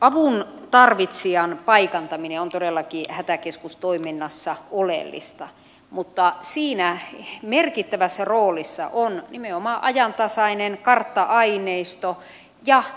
avun tarvitsijan paikantaminen on todellakin hätäkeskustoiminnassa oleellista mutta siinä on merkittävässä roolissa nimenomaan ajantasainen kartta aineisto ja tietotekniikka